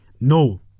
No